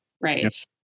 Right